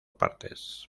partes